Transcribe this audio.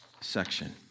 section